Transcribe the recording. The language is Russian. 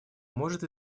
может